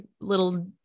little